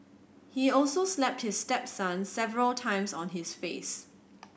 he also slapped his stepson several times on his face